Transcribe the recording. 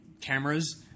cameras